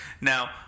Now